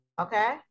okay